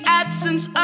absence